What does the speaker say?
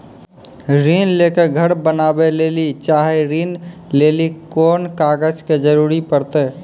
ऋण ले के घर बनावे लेली चाहे या ऋण लेली कोन कागज के जरूरी परतै?